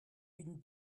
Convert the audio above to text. une